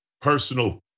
personal